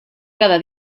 cada